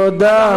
תודה.